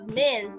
men